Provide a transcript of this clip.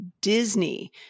Disney